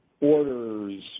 orders